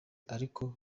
ariko